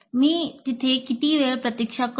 मी तिथे किती वेळ प्रतीक्षा करू